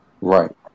Right